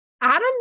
Adam